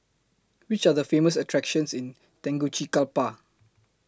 Which Are The Famous attractions in Tegucigalpa